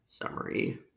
Summary